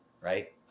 right